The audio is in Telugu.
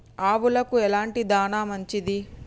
ఆవులకు ఎలాంటి దాణా మంచిది?